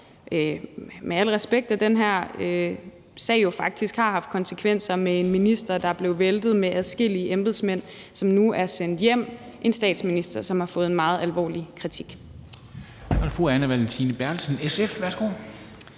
med al respekt, at den her sag faktisk har haft konsekvenser med en minister, der blev væltet, med adskillige embedsmænd, som nu er sendt hjem, og en statsminister, som har fået en meget alvorlig kritik.